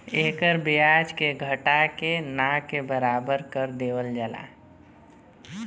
एकर ब्याज के घटा के ना के बराबर कर देवल जाला